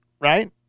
right